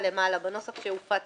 בנוסח שהופץ